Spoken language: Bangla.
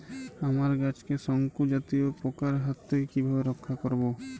আমার গাছকে শঙ্কু জাতীয় পোকার হাত থেকে কিভাবে রক্ষা করব?